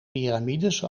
piramides